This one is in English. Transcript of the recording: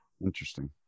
Interesting